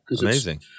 Amazing